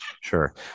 Sure